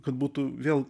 kad būtų vėl